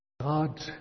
God